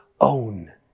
own